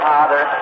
Father